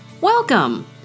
welcome